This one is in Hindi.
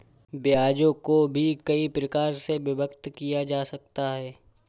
ब्याजों को भी कई प्रकार से विभक्त किया जा सकता है